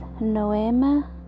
noema